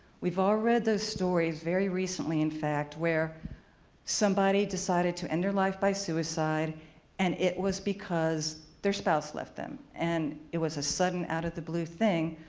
we've all read those stories, very recently in fact, where somebody decided to end their life by suicide and it was because their spouse left them. and it was a sudden, out-of-the-blue thing,